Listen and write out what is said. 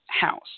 House